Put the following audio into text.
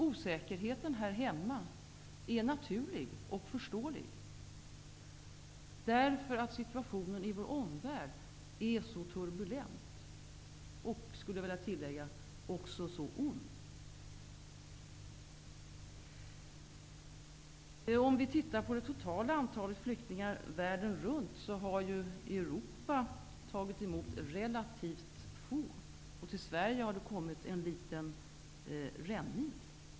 Osäkerheten här hemma är naturlig och förståelig, eftersom situationen i vår omvärld är så turbulent och, skulle jag vilja tillägga, så ond. Om man studerar det totala antalet flyktingar världen runt, finner man att Europa har tagit emot relativt få. Till Sverige har kommit en liten rännil.